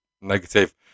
negative